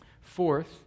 Fourth